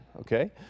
okay